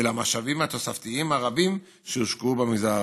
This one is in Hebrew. ועל המשאבים התוספתיים הרבים שהושקעו במגזר הערבי.